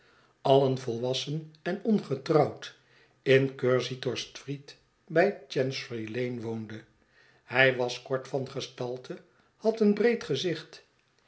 alien volwassen en ongetrouwd in cursitor street bij chancery lane woonde hij was kort van gestalte had een breed gezicht